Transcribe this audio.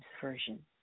Version